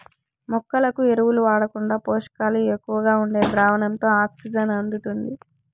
మొక్కలకు ఎరువులు వాడకుండా పోషకాలు ఎక్కువగా ఉండే ద్రావణంతో ఆక్సిజన్ అందుతుంది